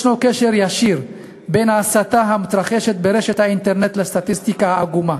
יש קשר ישיר בין ההסתה המתרחשת באינטרנט לסטטיסטיקה העגומה